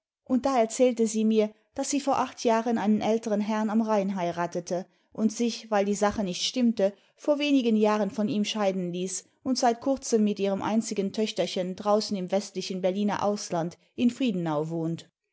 und da erzählte sie mir daß sie vor acht jahren einen älteren herrn am rhein heiratete und sich weil die sache nicht stimmte vor wenigen jahren von ihm scheiden ließ und seit kurzem mit ihrem einzigen töchterchen draußen im westlichen berliner ausland in friedenau wohnt